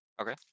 okay